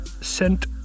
Sent